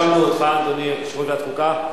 אותך, אדוני יושב-ראש ועדת החוקה.